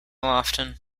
often